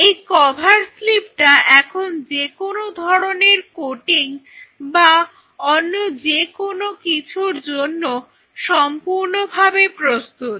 এই কভার স্লিপটা এখন যেকোনো ধরনের কোটিং বা অন্য যে কোন কিছুর জন্য সম্পূর্ণভাবে প্রস্তুত